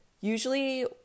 Usually